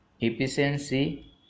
efficiency